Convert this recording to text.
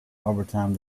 overtime